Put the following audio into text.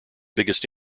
biggest